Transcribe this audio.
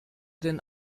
den